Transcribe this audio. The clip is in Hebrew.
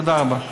תודה רבה.